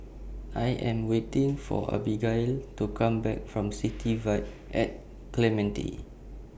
I Am waiting For Abigail to Come Back from City Vibe At Clementi